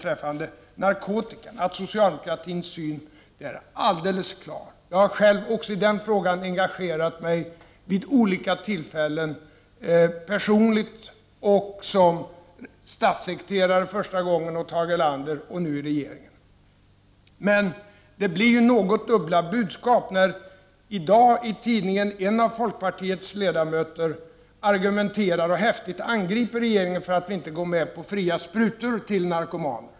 Socialdemokraternas syn på narkotikan är alldeles klar. Jag har själv också i den frågan engagerat mig vid olika tillfällen — både personligt och första gången som statssekreterare åt Tage Erlander och sedan nu i regeringen. Men det blir något av dubbla budskap när man, som en av folkpartiets ledamöter gör i en dagstidning i dag, argumenterar och häftigt angriper oss i regeringen för att vi inte går med på fria sprutor till narkomaner.